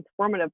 transformative